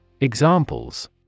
Examples